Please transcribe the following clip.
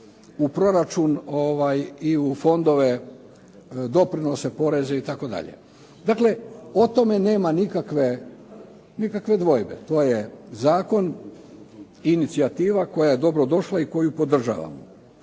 u proračun i u fondove doprinose, poreze itd. Dakle, o tome nema nikakve dvojbe. To je zakon, inicijativa koja je dobro došla i koju podržavam.